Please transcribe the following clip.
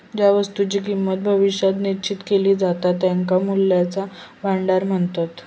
ज्या वस्तुंची किंमत भविष्यात निश्चित केली जाता त्यांका मूल्याचा भांडार म्हणतत